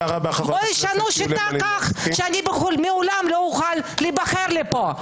או ישנו את השיטה כך שמעולם לא אוכל להיבחר לפה.